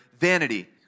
vanity